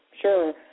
sure